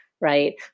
Right